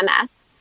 MS